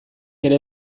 ere